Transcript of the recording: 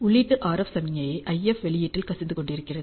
உள்ளீட்டு RF சமிக்ஞை IF வெளியீட்டில் கசிந்துக்கொண்டிருக்கிறது